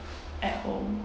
at home